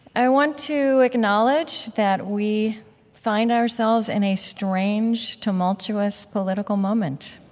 i want to acknowledge that we find ourselves in a strange, tumultuous political moment.